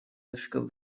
naszego